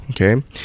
Okay